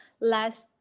last